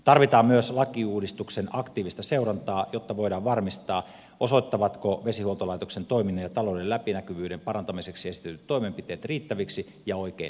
tarvitaan myös lakiuudistuksen aktiivista seurantaa jotta voidaan varmistaa osoittautuvatko vesihuoltolaitoksen toiminnan ja talouden läpinäkyvyyden parantamiseksi esitetyt toimenpiteet riittäviksi ja oikein suunnatuiksi